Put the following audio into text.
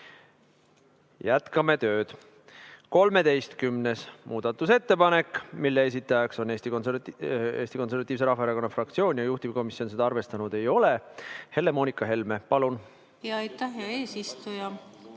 Jätkame tööd. 13. muudatusettepanek, mille esitaja on Eesti Konservatiivse Rahvaerakonna fraktsioon ja juhtivkomisjon seda arvestanud ei ole. Helle-Moonika Helme, palun! Aitäh, hea eesistuja! Palun